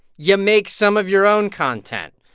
yeah make some of your own content.